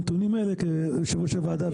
בתנאים של מחיר המטרה מותר